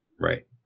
right